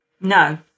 No